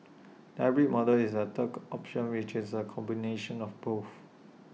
the hybrid model is the third option which is A combination of both